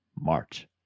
March